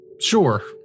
sure